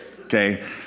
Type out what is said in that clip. okay